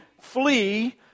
flee